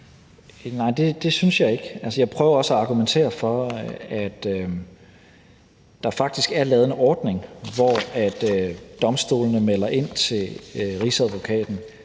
Nej, det synes jeg ikke. Jeg prøver også at argumentere for, at der faktisk er lavet en ordning, hvor domstolene melder ind til Rigsadvokaten,